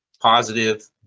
positive